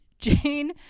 Jane